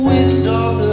Wisdom